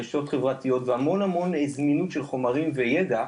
רשתות החברתיות והמון המון זמינות של חומרים וידע,